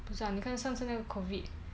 不是 lah 你看上次那 COVID